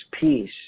peace